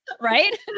Right